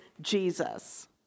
Jesus